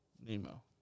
Nemo